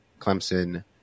Clemson